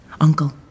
Uncle